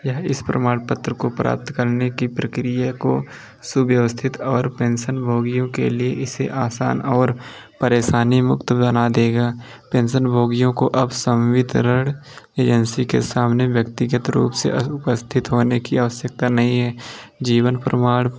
यह इस प्रमाणपत्र को प्राप्त करने की प्रक्रिया को सुव्यवस्थित और पेन्शनभोगियों के लिए इसे आसान और परेशानी मुक्त बना देगा पेन्शनभोगियों को अब सम्वितरण एजेन्सी के सामने व्यक्तिगत रूप से उपस्थित होने की आवश्यकता नहीं है जीवन प्रमाण ऑनलाइन बायोमीट्रिक प्रमाणीकरण के लिए आधार प्लेटफ़ॉर्म का प्रयोग करता है